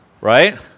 Right